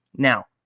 Now